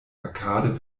arcade